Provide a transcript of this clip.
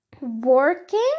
working